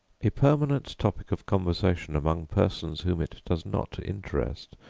a permanent topic of conversation among persons whom it does not interest,